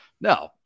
No